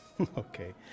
Okay